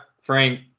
Frank